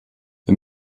wir